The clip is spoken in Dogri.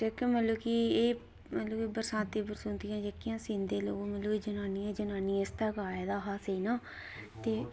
जेह्के मतलब कि एह् बरसातियां सीना मतलब कि सींदे लोक जनानियां ते जनानियें आस्तै गै आए दा हा सीना ते